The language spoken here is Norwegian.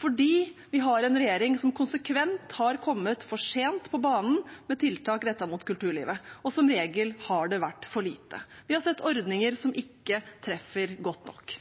fordi vi har en regjering som konsekvent har kommet for sent på banen med tiltak rettet mot kulturlivet, og som regel har det vært for lite. Vi har sett ordninger som ikke treffer godt nok.